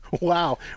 wow